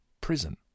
Prison